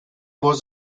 was